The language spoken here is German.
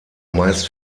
meist